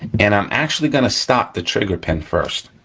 and i'm actually gonna stop the trigger pin first,